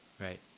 Right